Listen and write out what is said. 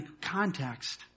context